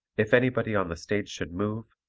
if anybody on the stage should move,